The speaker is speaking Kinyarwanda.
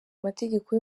amategeko